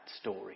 story